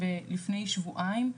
שלפני שבועיים,